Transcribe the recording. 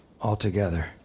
altogether